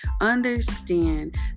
understand